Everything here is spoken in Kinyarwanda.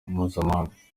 mpuzamahanga